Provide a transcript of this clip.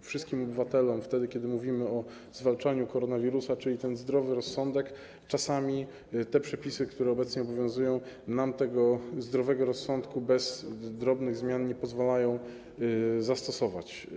wszystkim obywatelom wtedy, kiedy mówimy o zwalczaniu koronawirusa, czyli ten zdrowy rozsądek, czasami te przepisy, które obecnie obowiązują, nam tego zdrowego rozsądku bez drobnych zmian nie pozwalają zastosować.